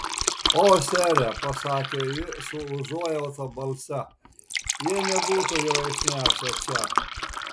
o sere pasakė ji su užuojauta balse jie nebūtų jo išnešę čia